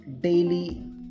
daily